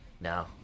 No